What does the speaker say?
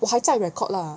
我还在 record lah